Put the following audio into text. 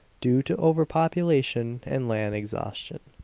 due to overpopulation and land-exhaustion.